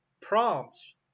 prompts